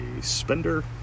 spender